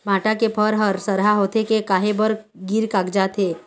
भांटा के फर हर सरहा होथे के काहे बर गिर कागजात हे?